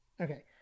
Okay